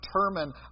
determine